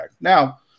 now